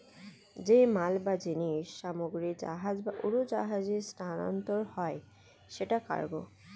যে মাল বা জিনিস সামগ্রী জাহাজ বা উড়োজাহাজে স্থানান্তর হয় সেটা কার্গো